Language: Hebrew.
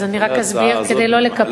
אז אני רק אסביר, כדי שלא לקפח.